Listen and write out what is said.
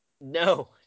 No